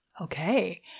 Okay